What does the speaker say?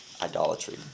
Idolatry